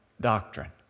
doctrine